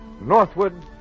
northward